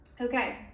Okay